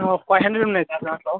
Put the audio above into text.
five hundred ఉన్నాయి sir దాంట్లో